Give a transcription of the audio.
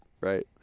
right